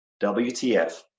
WTF